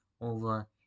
over